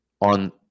on